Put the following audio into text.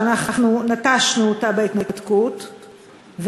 שאנחנו נטשנו אותה בהתנתקות,